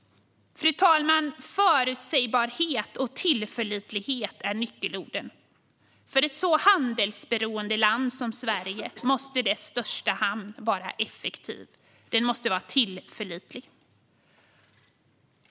Fru talman! Förutsägbarhet och tillförlitlighet är nyckelorden. För ett så handelsberoende land som Sverige måste dess största hamn vara effektiv och tillförlitlig.